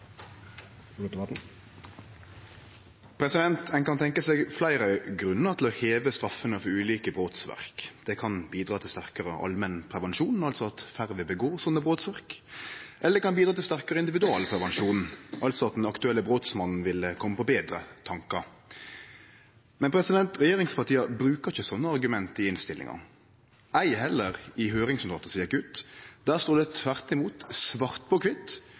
problemet? Ein kan tenkje seg fleire grunnar til å heve straffene for ulike brotsverk. Det kan bidra til sterkare allmennprevensjon, altså at færre vil gjere slike brotsverk, eller det kan bidra til sterkare individualprevensjon, altså at den aktuelle brotsmannen vil kome på betre tankar. Men regjeringspartia bruker ikkje sånne argument i innstillinga, ei heller i høyringsnotatet som gjekk ut. Der stod det tvert imot svart på kvitt: